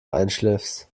einschläfst